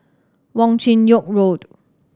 Wong Chin Yoke Road